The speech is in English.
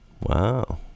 Wow